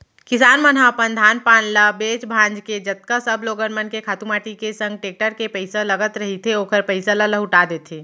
किसान मन ह अपन धान पान ल बेंच भांज के जतका सब लोगन मन के खातू माटी के संग टेक्टर के पइसा लगत रहिथे ओखर पइसा ल लहूटा देथे